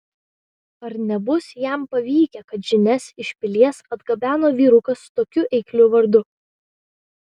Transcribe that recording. ar nebus jam pavykę kad žinias iš pilies atgabeno vyrukas tokiu eikliu vardu